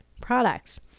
products